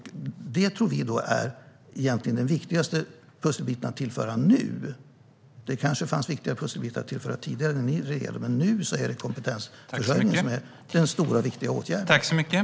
Detta tror vi egentligen är den viktigaste pusselbiten att tillföra nu. Tidigare, när ni regerade, kanske det fanns viktigare pusselbitar att tillföra, men nu är det kompetensförsörjningen som är den stora och viktiga åtgärden.